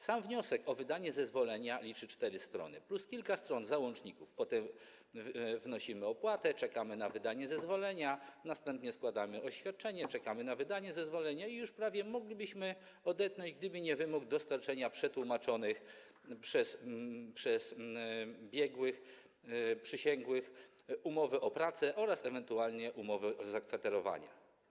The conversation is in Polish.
Sam wniosek o wydanie zezwolenia liczy cztery strony plus kilka stron załączników, potem wnosimy opłatę, czekamy na wydanie zezwolenia, następnie składamy oświadczenie, czekamy na wydanie zezwolenia i już prawie moglibyśmy odetchnąć, gdyby nie wymóg dostarczenia przetłumaczonej przez biegłych, przysięgłych umowy o pracę oraz ewentualnie umowy zakwaterowania.